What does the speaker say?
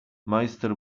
majster